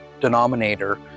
denominator